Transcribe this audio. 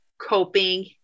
coping